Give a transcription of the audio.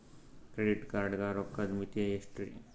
Credit card ಗ ರೋಕ್ಕದ್ ಮಿತಿ ಎಷ್ಟ್ರಿ?